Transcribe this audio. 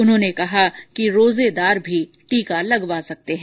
उन्होंने कहा कि रोजेदार भी टीका लगवा सकते हैं